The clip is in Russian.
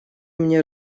мне